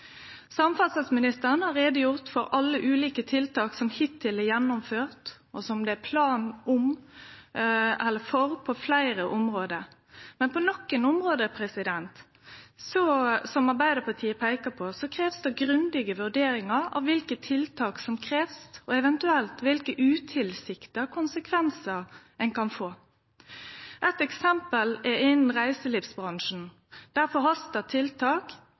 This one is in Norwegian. Samferdselsministeren har gjort greie for alle ulike tiltak som hittil er gjennomførte, og som det er planar for, på fleire område. Men på nokre område, som Arbeidarpartiet peikar på, krevst det grundige vurderingar av kva tiltak som krevst, og eventuelt kva utilsikta konsekvensar ein kan få. Eit eksempel er innan reiselivsbransjen, der forhasta tiltak